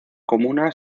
comuna